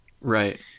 Right